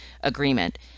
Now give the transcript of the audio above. agreement